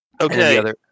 Okay